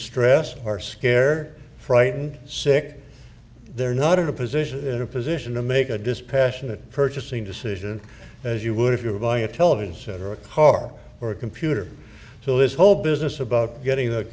stress are scare frightened sick they're not in a position in a position to make a dispassionate purchasing decision as you would if you're buying a television set or a car or a computer so this whole business about getting th